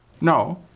No